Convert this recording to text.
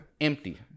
Empty